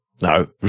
No